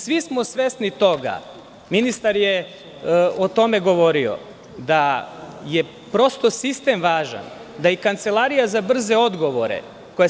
Svi smo svesni toga, ministar je o tome govorio, da je prosto sistem važan, da i Kancelarija za brze odgovore, a